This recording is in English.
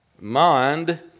mind